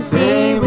Stay